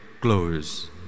close